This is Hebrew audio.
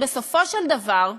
בסופו של דבר,